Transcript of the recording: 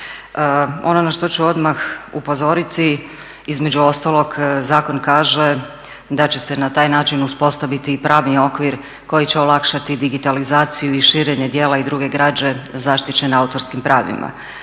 Ono na što ću odmah upozoriti između ostalog zakon kaže da će se na taj način uspostaviti i pravni okvir koji će olakšati digitalizaciju i širenje djela i druge građe zaštićene autorskim pravima.